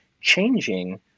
changing